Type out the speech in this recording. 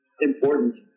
important